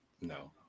No